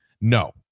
No